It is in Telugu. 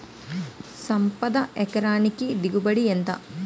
సంపద ఎకరానికి దిగుబడి ఎంత?